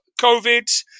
COVID